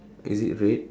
is it red